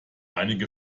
einige